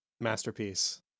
Masterpiece